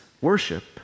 worship